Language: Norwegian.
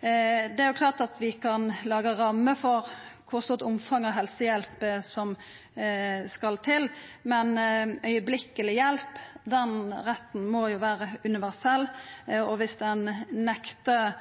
Det er klart at vi kan laga rammer for kor stort omfang av helsehjelp som skal til, men retten til akutt hjelp må jo vera universell, og dersom ein nektar